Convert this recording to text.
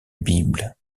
bible